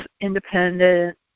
independent